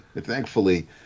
thankfully